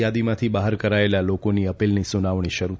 યાદીમાંથી બહાર કરાયેલા લોકોની અપીલની સુનાવણી શરૂ થઇ છે